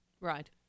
Right